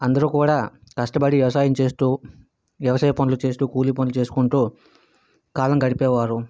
అందరూ కూడా కష్టపడి వ్యవసాయం చేస్తూ వ్యవసాయ పనులు చేస్తూ కూలి పనులు చేసుకుంటూ కాలం గడిపేవారు